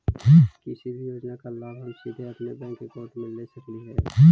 किसी भी योजना का लाभ हम सीधे अपने बैंक अकाउंट में ले सकली ही?